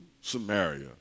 Samaria